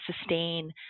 sustain